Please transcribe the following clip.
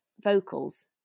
vocals